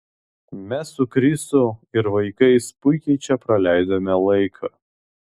mes su chrisu ir vaikais puikiai čia praleidome laiką